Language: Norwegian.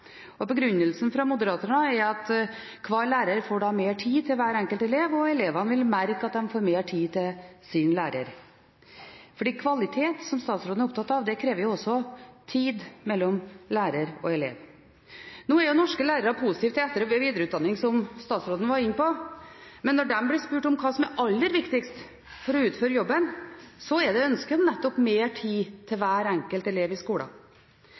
og begrunnelsen fra Moderaterna er at hver lærer da får mer tid til hver enkelt elev, og elevene vil merke at de får mer tid til sin lærer. For kvalitet, som statsråden er opptatt av, krever også tid mellom lærer og elev. Nå er norske lærere positive til etter- og videreutdanning, som statsråden var inne på. Men når de blir spurt om hva som er aller viktigst for å utføre jobben, er det ønsket om nettopp mer tid til hver enkelt elev i skolen.